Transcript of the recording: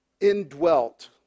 indwelt